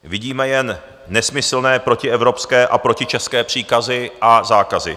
Vidíme jen nesmyslné protievropské a protičeské příkazy a zákazy.